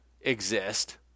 exist